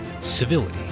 civility